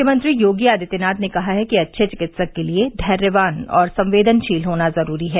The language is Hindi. मुख्यमंत्री योगी आदित्यनाथ ने कहा है कि अच्छे चिकित्सक के लिये धैर्यवान और संवेदनशील होना जुरूरी है